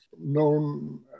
known